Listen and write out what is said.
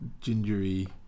Gingery